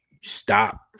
stop